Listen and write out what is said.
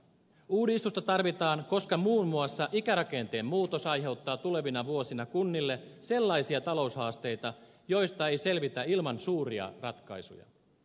uudistusta tarvitaan koska muun muassa ikärakenteen muutos aiheuttaa tulevina vuosina kunnille sellaisia taloushaasteita joista ei selvitä ilman suuria ratkaisuja